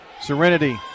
serenity